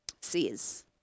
says